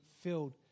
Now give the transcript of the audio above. filled